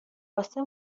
واسه